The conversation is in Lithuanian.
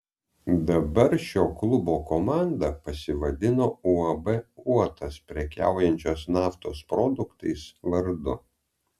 dabar šio klubo komanda pasivadino uab uotas prekiaujančios naftos produktais vardu